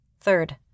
Third